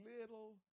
little